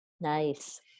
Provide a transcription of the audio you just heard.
Nice